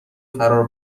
فرار